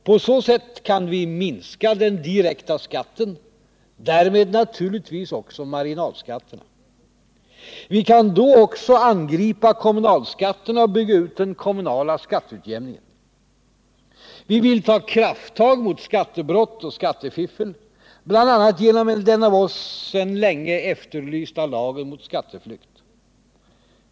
På så sätt kan vi minska den direkta skatten, därmed naturligtvis också marginalskatterna. Vi kan då även angripa kommunalskatterna och bygga ut den kommunala skatteutjämningen. Vi vill ta krafttag mot skattebrott och skattefiffel, bl.a. genom den av oss sedan länge efterlysta lagen mot skatteflykt.